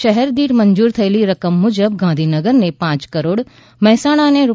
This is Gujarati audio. શહેર દીઠ મંજૂર થયેલી રકમ મુજબ ગાંધીનગરને પ કરોડ મહેસાણાને રૂ